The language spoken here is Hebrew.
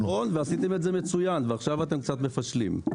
נכון, ועשיתם את זה מצוין ועכשיו אתם קצת מפשלים.